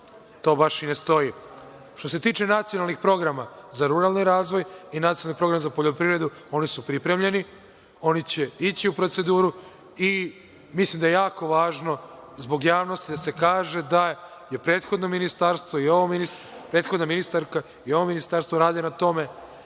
to baš i ne stoji. Što se tiče nacionalnih programa za ruralni razvoj i nacionalni program za poljoprivredu, oni su pripremljeni, oni će ići u proceduru. Mislim da je jako važno, zbog javnosti, da se kaže da je prethodno ministarstvo, prethodna ministarka i ovo ministarstvo, rade na tome